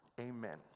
Amen